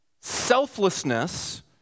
selflessness